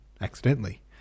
accidentally